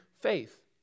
faith